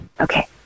Okay